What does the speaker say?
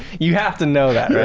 you have to know that, right?